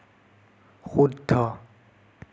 শুদ্ধ